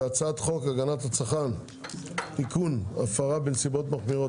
והצעת חוק הגנת הצרכן (תיקון - הפרה בנסיבות מחמירות),